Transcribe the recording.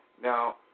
Now